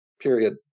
period